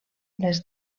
les